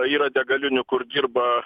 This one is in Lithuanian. yra degalinių kur dirba